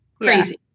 Crazy